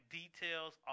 details